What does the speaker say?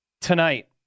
Tonight